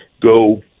go